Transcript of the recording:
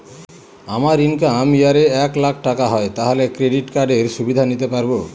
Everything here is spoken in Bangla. আমার ইনকাম ইয়ার এ এক লাক টাকা হয় তাহলে ক্রেডিট কার্ড এর সুবিধা নিতে পারবো?